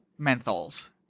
menthols